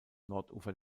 nordufer